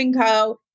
Co